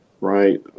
right